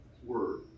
word